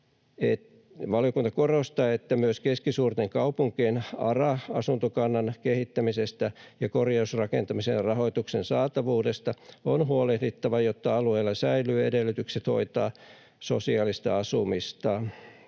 valiokunta korostaa, että myös keskisuurten kaupunkien ARA-asuntokannan kehittämisestä ja korjausrakentamisen ja rahoituksen saatavuudesta on huolehdittava, jotta alueilla säilyy edellytykset hoitaa sosiaalista asumista.